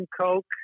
coke